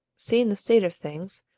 seeing this state of things,